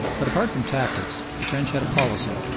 but, apart from tactics, the french had a policy.